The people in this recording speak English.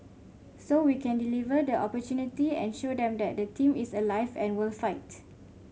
so we can deliver the opportunity and show them that the team is alive and will fight